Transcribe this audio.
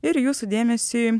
ir jūsų dėmesiui